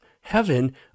heaven